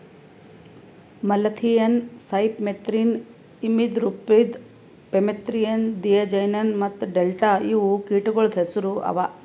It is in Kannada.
malathion, cypermethrin, imidacloprid, permethrin, diazinon ಮತ್ತ ಡೆಲ್ಟಾ ಇವು ಕೀಟಗೊಳ್ದು ಹೆಸುರ್ ಅವಾ